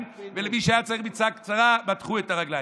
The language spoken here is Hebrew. ולמי שהיה צריך מיטה קצרה מתחו את הרגליים.